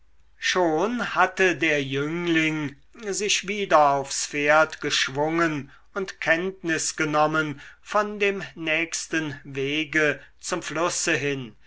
schon hatte der jüngling sich wieder aufs pferd geschwungen und kenntnis genommen von dem nächsten wege zum flusse hin